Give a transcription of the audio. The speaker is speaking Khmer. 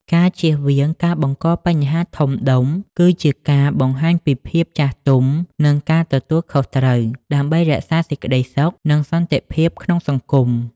ការជៀសវាងការបង្កបញ្ហាធំដុំ គឺជាការបង្ហាញពីភាពចាស់ទុំ និងការទទួលខុសត្រូវ ដើម្បីរក្សាសេចក្តីសុខ និងសន្តិភាពក្នុងសង្គម។